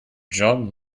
john